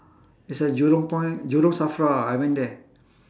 it's at jurong point jurong SAFRA ah I went there